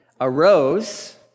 arose